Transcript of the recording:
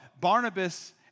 Barnabas